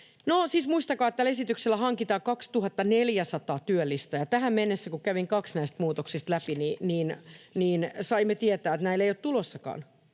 muistakaa, että tällä esityksellä hankitaan 2 400 työllistä, ja tähän mennessä, kun kävin kaksi näistä muutoksista läpi, saimme tietää, että näillä ei ole tulossakaan